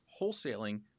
Wholesaling